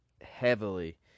heavily